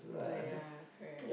oh yeah correct